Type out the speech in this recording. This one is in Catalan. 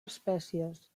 espècies